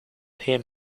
him